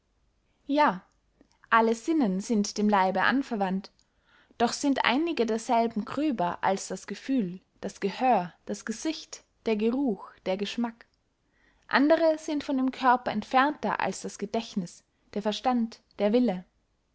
ja alle sinnen sind dem leibe anverwandt doch sind einige derselben gröber als das gefühl das gehör das gesicht der geruch der geschmack andere sind von dem körper entfernter als das gedächtniß der verstand der wille